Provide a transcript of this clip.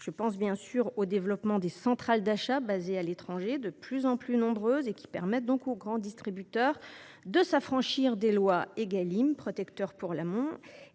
Je pense bien sûr au développement des centrales d’achat basées à l’étranger. De plus en plus nombreuses, elles permettent aux grands distributeurs de s’affranchir du cadre protecteur pour l’amont